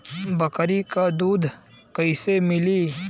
बकरी क दूध कईसे मिली?